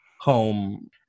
home